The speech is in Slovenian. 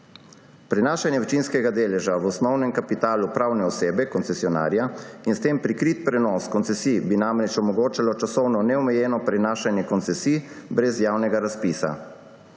Prenašanje večinskega deleža v osnovnem kapitalu pravne osebe, koncesionarja in s tem prikrit prenos koncesij bi namreč omogočal časovno neomejeno prenašanje koncesij brez javnega razpisa.